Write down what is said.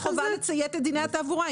יש לו חובה לציית לדיני התעבורה.